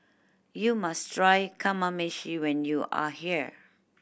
you must try Kamameshi when you are here